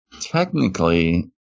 Technically